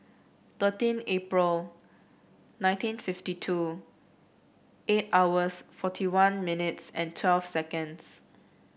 thirteen April nineteen fifty two eight hours forty one minutes and twelve seconds